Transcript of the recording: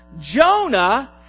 Jonah